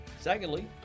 Secondly